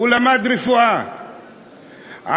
חבר הכנסת אראל מרגלית, בבקשה.